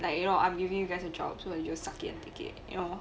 like you know I'm giving you guys a job so you suck it and take it you know